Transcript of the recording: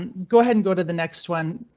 and go ahead and go to the next one,